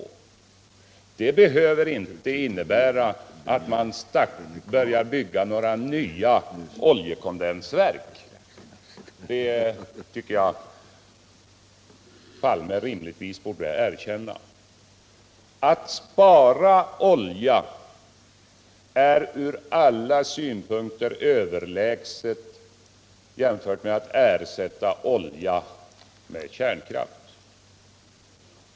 Det behöver inte innebära att man börjar bygga några nya oljekondensverk. Det borde herr Palme rimligtvis erkänna. Att spara olja är från alla synpunkter överlägset jämfört med att ersätta olja med kärnkraft.